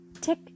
Tick